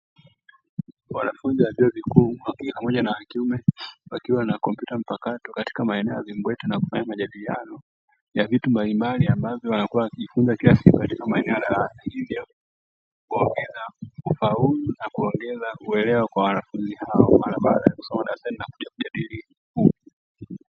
Wanafunzi wa vyuo vikuu wa kike pamoja na wa kiume wakiwa na kompyuta mpakato katika maeneo ya vimbweta, na kufanya majadiliano ya vitu mbalimbali ambavyo wanakuwa wakijifunza kila siku katika maeneo ya darasa, hivyo kuwawezesha kufaulu na kuongeza uelewa kwa wanafunzi hao mara baada ya kusoma darasani na kuja kujadili huku.